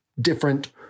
different